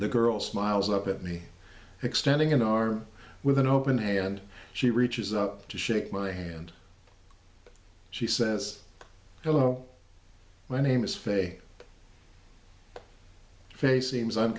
the girl smiles up at me extending an arm with an open hand she reaches up to shake my hand she says hello my name is face facing as i'm